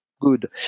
Good